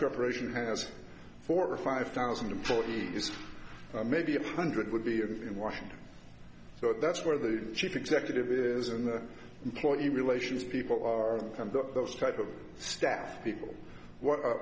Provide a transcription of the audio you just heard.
corporation has four or five thousand employees maybe a hundred would be in washington so that's where the chief executive is and the employee relations people are kind of those type of staff people